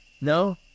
No